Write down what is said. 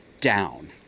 down